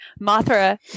Mothra